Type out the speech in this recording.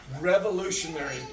revolutionary